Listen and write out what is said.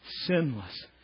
sinless